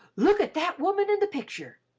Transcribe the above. look at that woman in the picture!